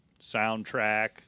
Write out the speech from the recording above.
Soundtrack